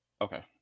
okay